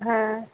आं